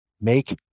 Make